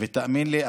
ותאמין לי,